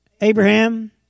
Abraham